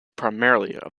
primarily